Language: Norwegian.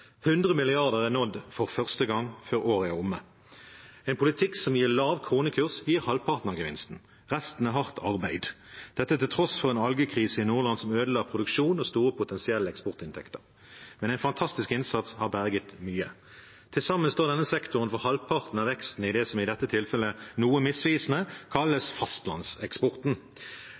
100 mrd. kr er nådd for første gang, før året er omme. En politikk som gir lav kronekurs, gir halvparten av gevinsten. Resten er hardt arbeid – dette til tross for en algekrise i Nordland som ødela produksjon og store potensielle eksportinntekter. Men en fantastisk innsats har berget mye. Til sammen står denne sektoren for halvparten av veksten i det som i dette tilfellet noe misvisende kalles fastlandseksporten.